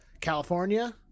California